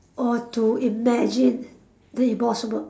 or to imagine the impossible